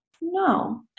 no